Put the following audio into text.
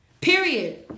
Period